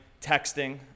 texting